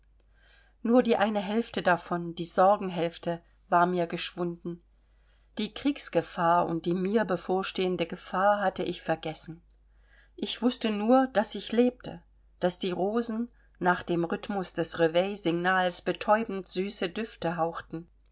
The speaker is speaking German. nur die eine hälfte davon die sorgenhälfte war mir geschwunden die kriegsgefahr und die mir bevorstehende gefahr hatte ich vergessen ich wußte nur daß ich lebte daß die rosen nach dem rhythmus des reveille signals betäubend süße düfte hauchten